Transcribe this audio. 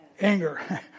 anger